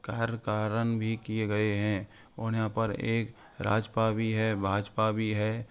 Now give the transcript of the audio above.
कहर कारण भी किए गए हैं और यहाँ पर एक राजपा भी है भाजपा भी है